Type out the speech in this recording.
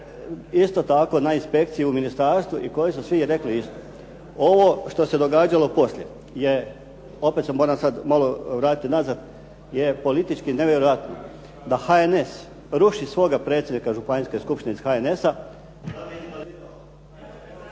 isto tako na inspekciji u ministarstvu i koji su svi rekli isto. Ovo što se događalo poslije je, opet se moram sad malo vratiti nazad, politički nevjerojatno da HNS ruši svoga predsjednika županijske skupštine iz HNS-a